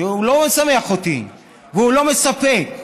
שהוא לא משמח אותי והוא לא מספק,